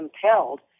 compelled